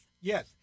Yes